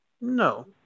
No